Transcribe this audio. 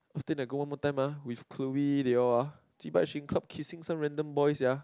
after then go one more time ah with Chloe they all ah chee-bai she in club kissing some random boy sia